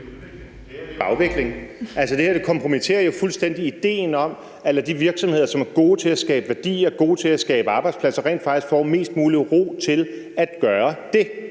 her kompromitterer jo fuldstændig idéen om at lade de virksomheder, som er gode til at skabe værdi og gode til at skabe arbejdspladser, rent faktisk få mest mulig ro til at gøre det.